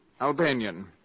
Albanian